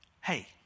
hey